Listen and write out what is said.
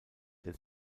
der